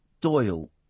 Doyle